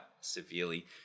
severely